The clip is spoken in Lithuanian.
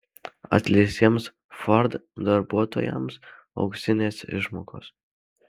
atleistiems ford darbuotojams auksinės išmokos